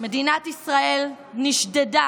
מדינת ישראל נשדדה